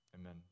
Amen